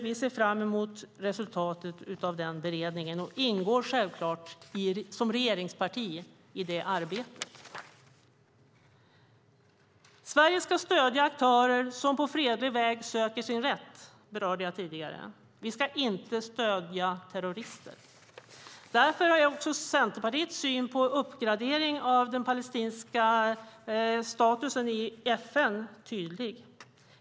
Vi ser fram emot resultatet av den beredningen och ingår som regeringsparti självklart i det arbetet. Sverige ska stödja aktörer som på fredlig väg söker sin rätt. Det berörde jag tidigare. Vi ska inte stödja terrorister. Därför är också Centerpartiets syn på uppgradering av den palestinska statusen i FN tydlig.